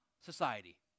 society